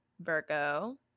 virgo